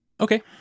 Okay